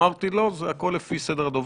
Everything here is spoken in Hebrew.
אמרתי: לא, הכול לפי סדר הדוברים.